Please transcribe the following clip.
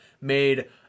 made